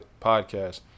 podcast